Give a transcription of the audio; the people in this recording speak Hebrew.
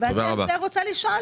על זה אני רוצה לשאול,